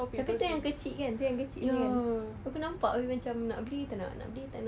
tapi itu yang kecil kan itu yang kecil kan aku nampak tapi macam nak beli tak nak nak beli tak nak